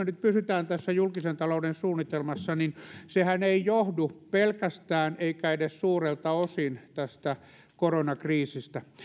nyt pysymme tässä julkisen talouden suunnitelmassa ei johdu pelkästään eikä edes suurelta osin tästä koronakriisistä